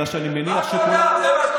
תגיד שזה מה שאתה רוצה.